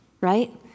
right